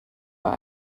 but